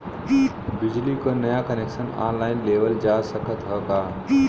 बिजली क नया कनेक्शन ऑनलाइन लेवल जा सकत ह का?